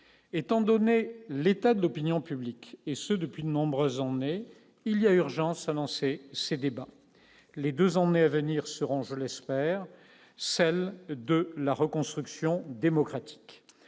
étant donné l'état de l'opinion publique et ce depuis de nombreuses est il y a urgence ces débats les 2 à venir seront je l'espère, celle de la reconstruction démocratique